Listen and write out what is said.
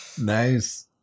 Nice